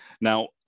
Now